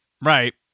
right